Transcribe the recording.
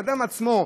האדם עצמו,